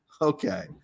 Okay